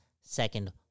second